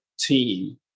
team